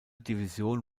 division